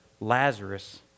Lazarus